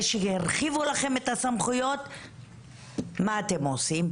שירחיבו לכם את הסמכויות מה אתם עושים,